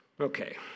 Okay